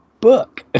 book